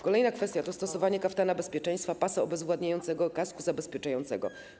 Kolejna kwestia to stosowanie kaftana bezpieczeństwa, pasa obezwładniającego, kasku zabezpieczającego.